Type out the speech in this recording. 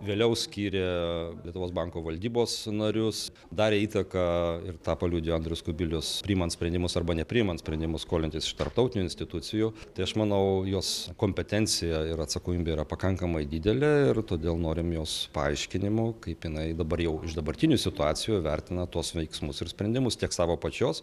vėliau skyrė lietuvos banko valdybos narius darė įtaką ir tą paliudijo andrius kubilius priimant sprendimus arba nepriimant sprendimus skolintis iš tarptautinių institucijų tai aš manau jos kompetencija ir atsakomybė yra pakankamai didelė ir todėl norime jos paaiškinimo kaip jinai dabar jau iš dabartinių situacijų vertina tuos veiksmus ir sprendimus tiek savo pačios